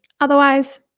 Otherwise